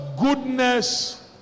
goodness